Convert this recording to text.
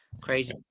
crazy